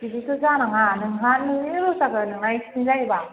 बिदिथ' जानाङा नोंहा नोंनिनो लस जागोन नोंना एक्सिडेन्ट जायोब्ला